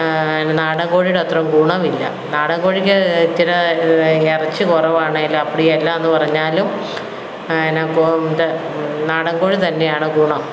നാടൻ കോഴിയുടെയത്രയും ഗുണമില്ല നാടൻ കോഴിക്ക് ഇച്ചിര ഇറച്ചി കുറവാണേലും അപ്പടി അല്ല എന്നു പറഞ്ഞാലും പിന്നെ ഇത് നാടൻ കോഴി തന്നെയാണ് ഗുണം